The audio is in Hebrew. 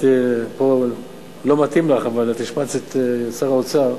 לא מתאים לך, אבל את השמצת את שר האוצר,